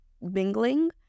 mingling